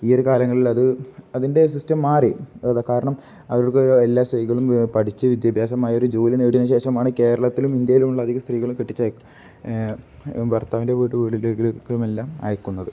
ഈ ഒരു കാലങ്ങളിൽ അത് അതിൻ്റെ സിസ്റ്റം മാറി അ കാരണം അവർക്ക് എല്ലാ സ്ത്രീകളും പഠിച്ചു വിദ്യാഭ്യാസമായി ഒരു ജോലി നേടിയതിന് ശേഷമാണ് കേരളത്തിലും ഇന്ത്യയിലുമുള്ള അധികം സ്ത്രീകളും കെട്ടിച്ചയക്കുന്നത് ഭർത്താവിൻ്റെ വീട്കളിലേക്കെല്ലാം അയക്കുന്നത്